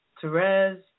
Therese